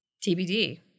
TBD